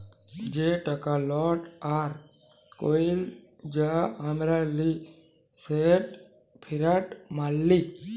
যে টাকা লট আর কইল যা আমরা লিই সেট ফিয়াট মালি